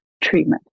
treatment